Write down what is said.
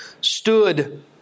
stood